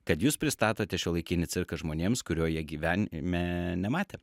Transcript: kad jūs pristatote šiuolaikinį cirką žmonėms kurio jie gyvenime nematė